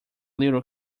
little